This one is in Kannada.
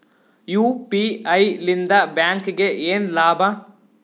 ಯು.ಪಿ.ಐ ಲಿಂದ ಬ್ಯಾಂಕ್ಗೆ ಏನ್ ಲಾಭ?